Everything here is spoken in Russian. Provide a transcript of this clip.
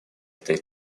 этой